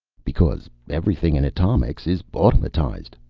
because everything in atomics is automatized.